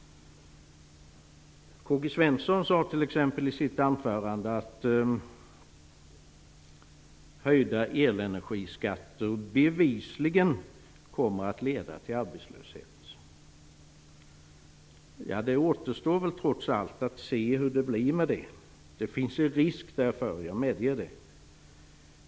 Karl-Gösta Svenson sade t.ex. i sitt anförande att höjda elenergiskatter bevisligen kommer att leda till arbetslöshet. Det återstår väl trots allt att se hur det blir med det. Risken finns; jag medger det.